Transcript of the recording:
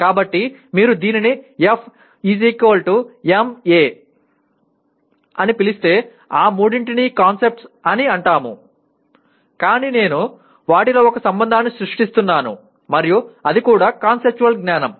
కాబట్టి మీరు దీనిని F ma అని పిలిస్తే ఈ మూడింటినీ కాన్సెప్ట్స్ అని అంటాము కానీ నేను వాటిలో ఒక సంబంధాన్ని సృష్టిస్తున్నాను మరియు అది కూడా కాన్సెప్చువల్ జ్ఞానం